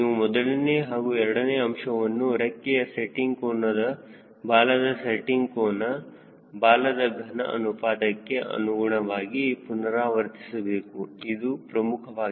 ನೀವು ಮೊದಲನೇ ಹಾಗೂ ಎರಡನೇ ಅಂಶವನ್ನು ರೆಕ್ಕೆಯ ಸೆಟ್ಟಿಂಗ್ ಕೋನದಬಾಲದ ಸೆಟ್ಟಿಂಗ್ ಕೋನ ಬಾಲದ ಘನ ಅನುಪಾತಕ್ಕೆ ಅನುಗುಣವಾಗಿ ಪುನರಾವರ್ತಿಸಬೇಕು ಇದು ಪ್ರಮುಖವಾಗಿದೆ